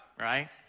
right